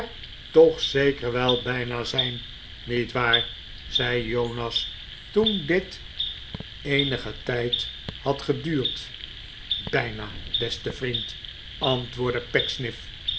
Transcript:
toch zeker wel bijna zijn niet waar zei jonas toen dit eenigen tijd had geduurd bijna beste vriend antwoordde